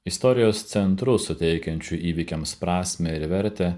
istorijos centru suteikiančiu įvykiams prasmę ir vertę